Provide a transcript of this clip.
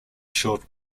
short